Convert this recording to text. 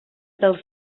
dels